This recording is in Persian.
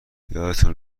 یادتون